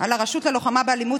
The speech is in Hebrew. על הרשות ללוחמה באלימות,